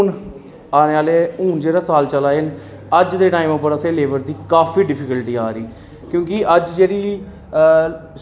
हून आने आह्ले हून जेह्ड़ा साल चला दा अज्ज दे टाइम उप्पर असें लेबर दी काफी डिफिकलटी आ दी क्योंकी अज्ज जेह्ड़ा